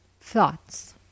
thoughts